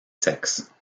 sexes